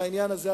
בעניין הזה,